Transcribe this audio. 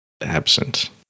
absent